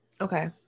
Okay